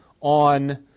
on